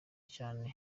cyane